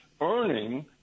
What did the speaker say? earning